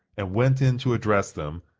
and went in to address them,